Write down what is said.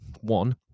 One